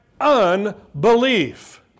unbelief